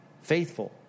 faithful